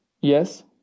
Yes